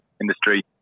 industry